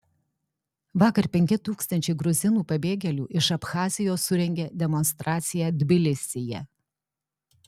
vakar penki tūkstančiai gruzinų pabėgėlių iš abchazijos surengė demonstraciją tbilisyje